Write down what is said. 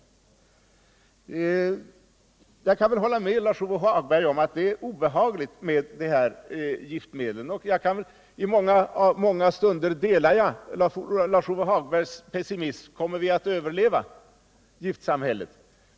Jag kan hålla med Lars-Ove Hagberg om att de kan vara obehagliga. I många stunder delar jag Lars-Ove Hagbergs pessimism: kommer vi att överleva giftsamhället?